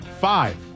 Five